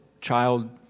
child